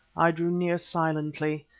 i drew near silently,